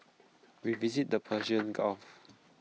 we visited the Persian gulf